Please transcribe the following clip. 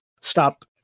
stop